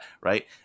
right